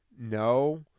No